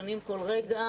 משנים כל רגע.